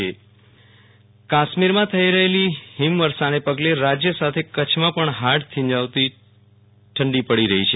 વિરલ રાણા કવા મા ઠ કાશ્મીરમાં થયેલી હિમવર્ષાને પગલે રાજ્ય સાથે કરછમાં પણ હાડ થીજાવતી ઠંડી પડી રહી છે